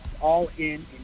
all-in